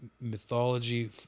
mythology